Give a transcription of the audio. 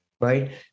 right